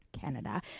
Canada